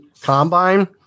combine